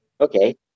okay